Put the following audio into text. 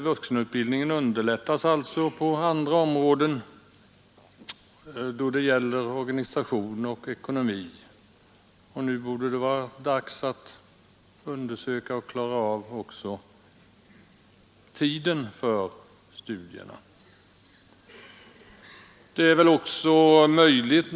Vuxenutbildningen underlättas alltså på andra områden då det gäller organisation och ekonomi, och nu borde det vara dags att också undersöka möjligheterna att få tid för dessa studier.